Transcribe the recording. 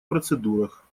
процедурах